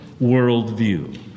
worldview